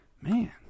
Man